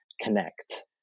connect